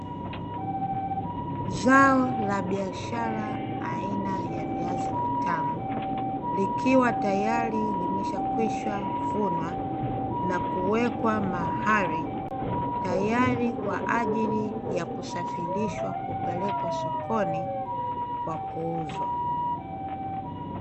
Zao la biashara aina viazi vitamu, likiwa tayari limeshakwisha vunwa na kuwekwa mahali tayari kwa ajili ya kusafirishwa kupelekwa sokoni kwa kuuzwa.